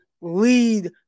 lead